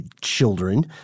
children